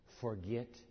forget